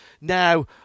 now